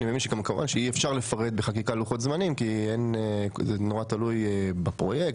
אני מבין שאי-אפשר לפרט בחקיקה לוחות זמנים כי זה מאוד תלוי בפרויקט,